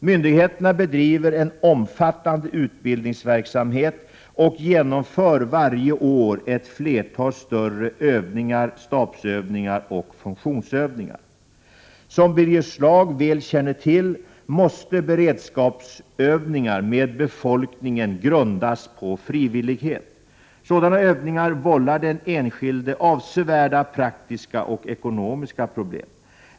Myndigheterna bedriver en omfattande utbildningsverksamhet och genomför varje år ett flertal större övningar, stabsövningar och funktionsövningar. Som Birger Schlaug väl känner till måste beredskapsövningar med befolkningen grundas på frivillighet. Sådana övningar vållar den enskilde avsevärda praktiska och ekonomiska problem.